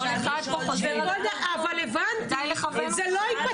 כל אחד פה חושב --- אבל הבנתי, זה לא ייפתר.